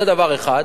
זה דבר אחד.